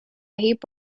heap